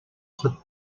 хад